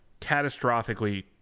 catastrophically